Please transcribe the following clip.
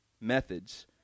methods